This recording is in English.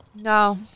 No